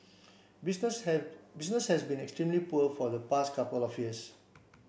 business have business has been extremely poor for the past couple of years